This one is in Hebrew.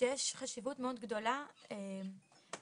שיש חשיבות מאוד גדולה שהמאבטחים,